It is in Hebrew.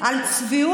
לחלוטין,